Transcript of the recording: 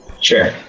Sure